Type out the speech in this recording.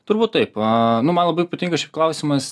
turbūt taip nu man labai patinka šis klausimas